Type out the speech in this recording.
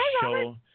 show